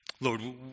Lord